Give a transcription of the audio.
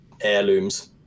heirlooms